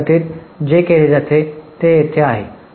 त्या पद्धतीत जे केले जाते ते येथे आहे